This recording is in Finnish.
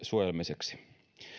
suojelemiseksi